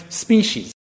species